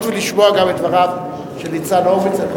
ולשמוע גם את דבריו של ניצן הורוביץ.